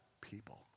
people